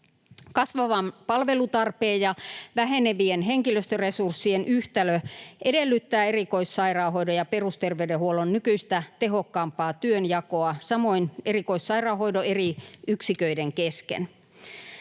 Kasvavan palvelutarpeen ja vähenevien henkilöstöresurssien yhtälö edellyttää erikoissairaanhoidon ja perusterveydenhuollon nykyistä tehokkaampaa työnjakoa, samoin erikoissairaanhoidon eri yksiköiden kesken.